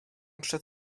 przed